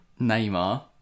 Neymar